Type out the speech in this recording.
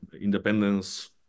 independence